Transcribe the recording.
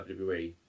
WWE